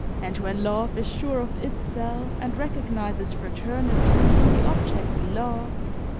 and when love is sure of itself and recognizes fraternity in the object beloved,